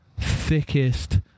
thickest